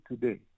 today